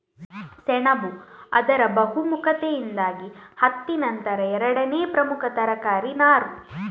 ಸೆಣಬು ಅದರ ಬಹುಮುಖತೆಯಿಂದಾಗಿ ಹತ್ತಿ ನಂತರ ಎರಡನೇ ಪ್ರಮುಖ ತರಕಾರಿ ನಾರು